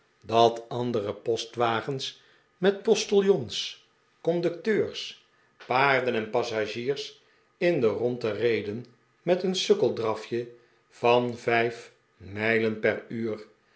dat andere postwagens met postiljons conducteurs paarden en passagiers in de rondte reden met een sukkeldrafje van vijf mijlen per uur